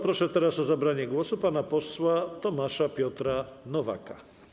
Proszę o zabranie głosu pana posła Tomasza Piotra Nowaka.